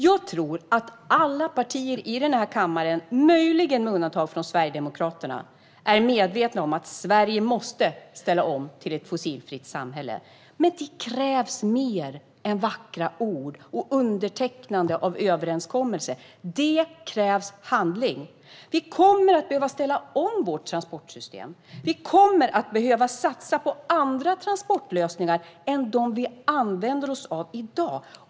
Jag tror att alla partier i denna kammare, möjligen med undantag av Sverigedemokraterna, är medvetna om att Sverige måste ställa om till ett fossilfritt samhälle. Men det krävs mer än vackra ord och undertecknande av överenskommelser. Det krävs handling. Vi kommer att behöva att ställa om våra transportsystem. Vi kommer att behöva satsa på andra transportlösningar än de vi använder oss av i dag.